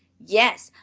yes,